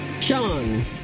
Sean